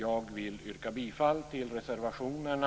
Jag vill yrka bifall till reservationerna